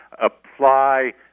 apply